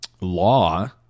law